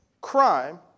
crime